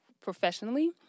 professionally